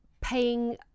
paying